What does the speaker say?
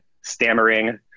stammering